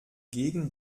gegen